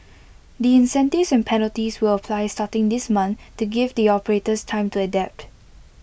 the incentives and penalties will apply starting this month to give the operators time to adapt